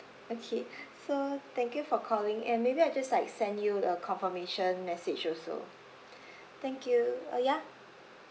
okay so thank you for calling and maybe I'll just like send you the confirmation message also thank you uh yeah